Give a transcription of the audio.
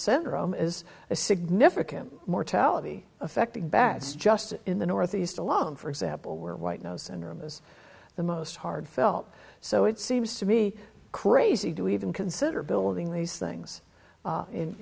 syndrome is a significant mortality affecting bats just in the northeast alone for example where white nose syndrome is the most hard felt so it seems to me crazy to even consider building these things